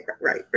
right